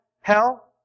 hell